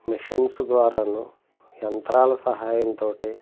machines ద్వారాను యంత్రాల సహాయం తోటి